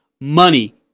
money